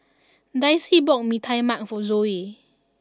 Dicy bought Mee Tai Mak for Zoie